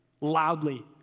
loudly